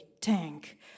tank